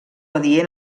adient